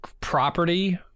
property